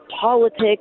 politics